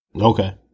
Okay